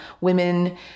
women